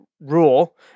rule